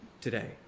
today